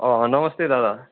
अँ नमस्ते दादा